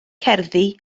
cerddi